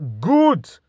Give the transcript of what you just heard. good